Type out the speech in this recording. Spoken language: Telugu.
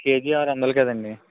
కేజీ ఆరు వందలు కదండి